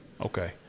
Okay